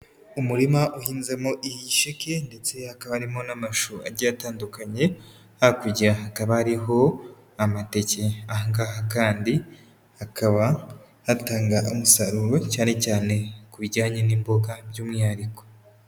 Umurima uhinzemo igisheke ndetse hakaba harimo n'amashu agiye atandukanye, hakurya hakaba hariho amateke. Aha ngaha kandi hakaba hatanga umusaruro cyane cyane ku bijyanye n'imboga by'umwihariko.